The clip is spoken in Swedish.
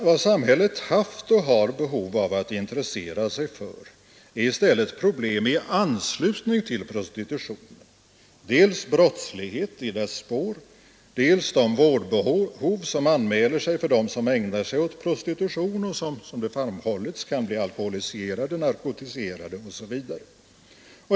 Vad samhället haft och har behov av att intressera sig för är i stället problem i anslutning till prostitutionen, dels brottslighet i dess spår, dels de vårdbehov som anmäler sig för dem som ägnar sig åt prostitution och, som det framhållits, kan bli alkoholiserade, narkotiserade osv.